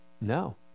No